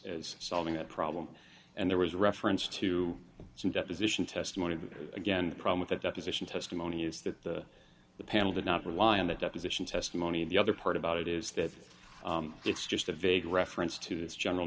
as solving that problem and there was reference to some deposition testimony but again the problem with the deposition testimony is that the panel did not rely on the deposition testimony of the other part about it is that it's just a vague reference to this general